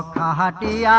da da yeah